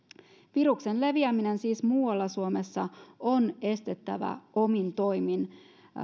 viruksen leviäminen muualla suomessa on siis estettävä omin toimin